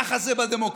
ככה זה בדמוקרטיה.